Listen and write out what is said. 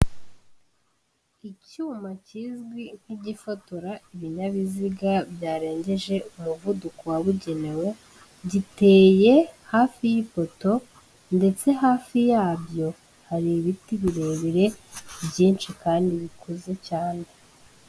Icyuma kizwi nk'igifotora ibinyabiziga byarengeje umuvuduko wabugenewe, giteye hafi y'ipoto ndetse hafi yabyo hari ibiti birebire byinshi kandi bikuze cyane.